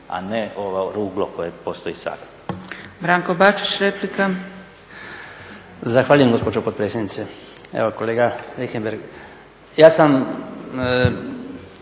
a ne ovo ruglo koje postoji sada.